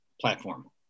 platform